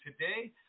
today